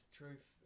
truth